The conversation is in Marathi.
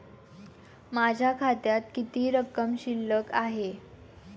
माझ्या खात्यात किती रक्कम शिल्लक आहे?